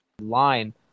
line